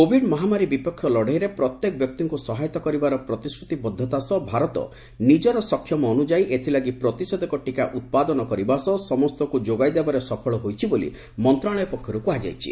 Covid ମହାମାରୀ ବିପକ୍ଷ ଲଢ଼େଇରେ ପ୍ରତ୍ୟେକ ବ୍ୟକ୍ତିଙ୍କୁ ସହାୟତା କରବିାର ପ୍ରତିଶ୍ରତିବଦ୍ଧତା ସହ ଭାରତ ନିଜର ସକ୍ଷମ ଅନ୍ତ୍ରଯାୟୀ ଏଥିଲାଗି ପ୍ରତିଷେଧକ ଟିକା ଉତ୍ପାଦନ କରିବା ସହ ସମସ୍ତଙ୍କ ଯୋଗାଇଦେବାରେ ସଫଳ ହୋଇଛି ବୋଲି ମନ୍ତ୍ରଣାଳୟ ପକ୍ଷରୁ କୁହାଯାଇଛି